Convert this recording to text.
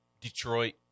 Detroit